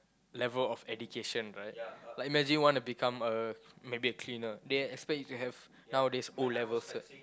level of education right like imagine wanna become a maybe a cleaner they expect you to have nowadays O-level cert